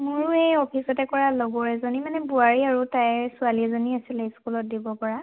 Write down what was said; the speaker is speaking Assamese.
মোৰো এই অফিচতে কৰা লগৰ এজনী মানে বোৱাৰী আৰু তাই ছোৱালী এজনী আছিলে ইস্কুলত দিব পৰা